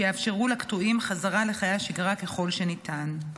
שיאפשרו לקטועים חזרה לחיי שגרה ככל שניתן.